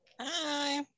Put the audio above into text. Hi